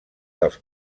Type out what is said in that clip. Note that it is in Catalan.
dels